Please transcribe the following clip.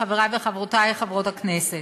חברי וחברותי חברות הכנסת,